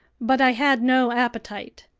but i had no appetite.